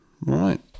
Right